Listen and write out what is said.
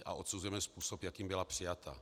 A odsuzujeme způsob, jakým byla přijata.